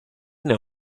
know